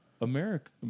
America